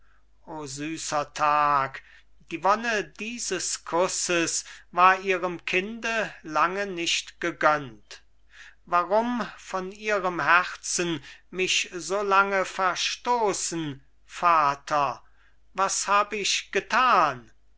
süßer tag die wonne dieses kusses war ihrem kinde lange nicht gegönnt warum von ihrem herzen mich so lange verstoßen vater was hab ich getan